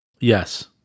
Yes